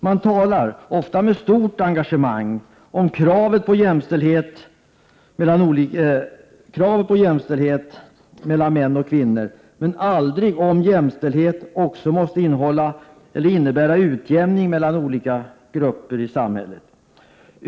Man talar — ofta med stort engagemang — om kravet på jämställdhet mellan män och kvinnor, men aldrig om att jämställdhet också måste innebära utjämning mellan olika grupper i samhället.